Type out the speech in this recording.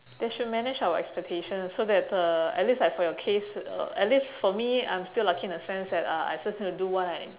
they should manage our expectations so that uh at least I have a case uh at least for me I'm still lucky in the sense that uh I just need to what I